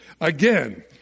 Again